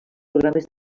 programes